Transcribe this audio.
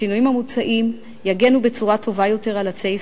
השינויים המוצעים יגנו בצורה טובה יותר על עצי ישראל,